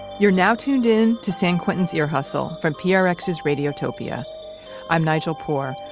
you're now tuned in to san quentin's ear hustle from prx's radiotopia i'm nigel poor.